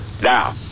Now